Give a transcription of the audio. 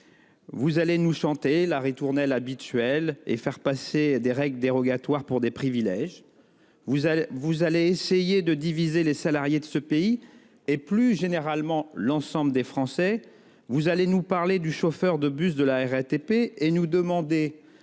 Vous allez nous chanter la ritournelle habituelle et faire passer des règles dérogatoires pour des privilèges. Vous allez essayer de diviser les salariés de ce pays et plus généralement l'ensemble des Français. Vous allez nous parler du chauffeur de bus de la RATP et nous demander